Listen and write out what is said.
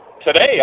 today